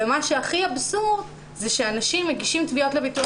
ומה שהכי אבסורד זה שאנשים מגישים תביעות לביטוח